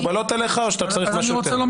אני יכולה לבוא